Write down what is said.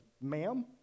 ma'am